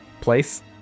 place